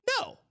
No